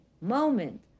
moment